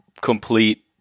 complete